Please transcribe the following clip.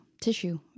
tissue